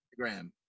Instagram